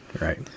right